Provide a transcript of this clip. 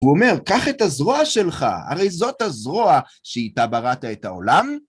הוא אומר, קח את הזרוע שלך, הרי זאת הזרוע שאיתה בראת את העולם.